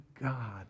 God